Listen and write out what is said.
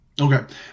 Okay